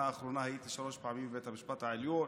האחרונה הייתי שלוש פעמים בבית המשפט העליון